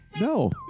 No